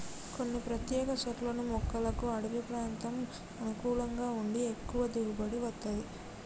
కొన్ని ప్రత్యేక చెట్లను మొక్కలకు అడివి ప్రాంతం అనుకూలంగా ఉండి ఎక్కువ దిగుబడి వత్తది